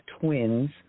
twins